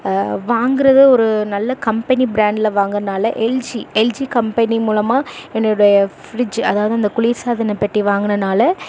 வாங்கிறது ஒரு நல்ல கம்பெனி பிராண்டில் வாங்கிறனால எல்ஜி எல்ஜி கம்பெனி மூலமாக என்னுடைய ஃப்ரிட்ஜ் அதாவது அந்த குளிர்சாதன பெட்டி வாங்கினனால